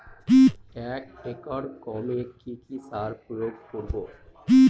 এক একর গমে কি কী সার প্রয়োগ করব?